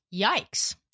yikes